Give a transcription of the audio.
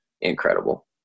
incredible